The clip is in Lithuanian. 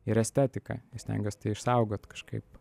ir estetiką i stengiuos išsaugot kažkaip